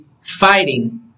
fighting